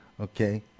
Okay